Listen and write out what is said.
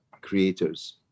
creators